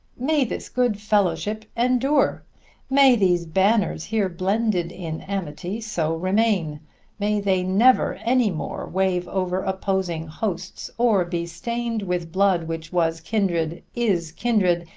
may this good-fellowship endure may these banners here blended in amity so remain may they never any more wave over opposing hosts, or be stained with blood which was kindred, is kindred,